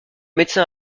médecin